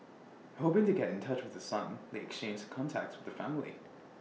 hoping to get in touch with the son they exchanged contacts with the family